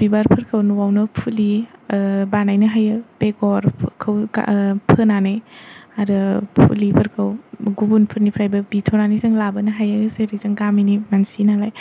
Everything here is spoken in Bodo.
बिबारफोरखौ न'आवनो फुलि बानायनो हायो बेगरफोरखौ फोनानै आरो फुलिफोरखौ गुबुनफोरनिफ्रायबो बिथ'नानै जों लाबोनो हायो जेरै जों गामिनि मानसिनालाय